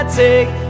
take